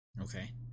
Okay